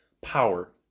power